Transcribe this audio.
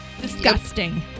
Disgusting